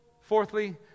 Fourthly